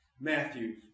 Matthew